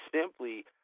simply